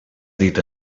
dit